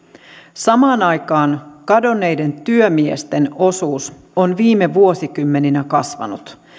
samaan aikaan kadonneiden työmiesten osuus on viime vuosikymmeninä kasvanut